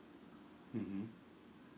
mmhmm